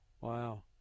wow